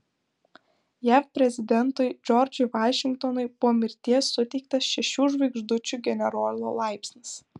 jav prezidentui džordžui vašingtonui po mirties suteiktas šešių žvaigždučių generolo laipsnis